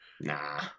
Nah